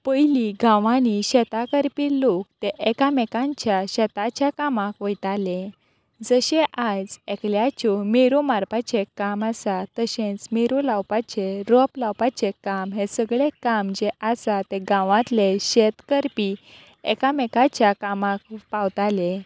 पयली गांवांनी शेतां करपी लोक ते एकामेकांच्या शेताच्या कामाक वयताले जशे आयज एकल्याच्यो मेरो मारपाचे काम आसा तशेंच मेरू लावपाचे रोंप लावपाचे काम हे सगळे काम जे आसा ते गांवांतले शेत करपी एकामेकाच्या कामाक पावताले